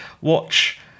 Watch